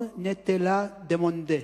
personne ne te l’a demandé,